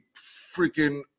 freaking